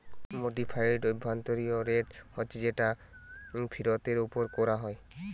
modified অভ্যন্তরীণ rate হচ্ছে যেটা ফিরতের উপর কোরা হয়